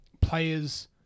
players